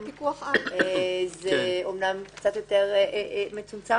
זה יותר מצומצם